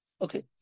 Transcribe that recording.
Okay